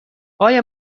آیا